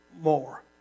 more